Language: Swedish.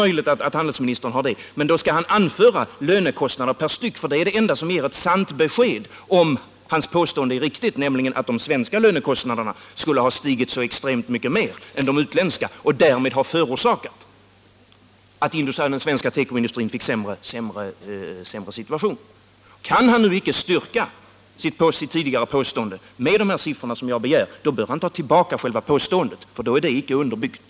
Det är möjligt att handelsministern har det, och då skall han anföra lönekostnaderna per styck, för det är det enda som ger ett sant besked om huruvida hans påstående är riktigt eller inte, nämligen att de svenska lönekostnaderna skulle ha stigit så extremt mycket mera än de utländska och därmed förorsakat att den svenska tekoindustrin kommit i en sämre situation. Kan han nu icke styrka sitt tidigare påstående med de siffror som jag begär, så bör han ta tillbaka själva påståendet, eftersom det då inte är underbyggt.